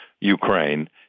Ukraine